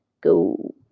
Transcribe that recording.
Go